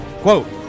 Quote